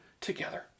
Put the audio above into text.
together